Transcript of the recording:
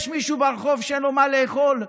יש מישהו ברחוב שאין לו מה לאכול?